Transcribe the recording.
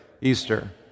Easter